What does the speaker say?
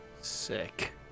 Sick